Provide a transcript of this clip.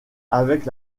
avec